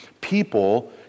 people